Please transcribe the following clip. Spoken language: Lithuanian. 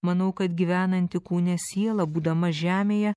manau kad gyvenanti kūne siela būdama žemėje